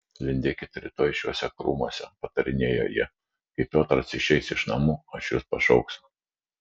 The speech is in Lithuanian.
lindėkit rytoj šiuose krūmuose patarinėjo ji kai piotras išeis iš namų aš jus pašauksiu